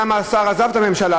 למה השר עזב את הממשלה,